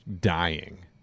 dying